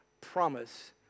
promise